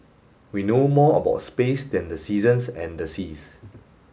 we know more about space than the seasons and the seas